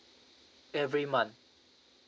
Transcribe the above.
every month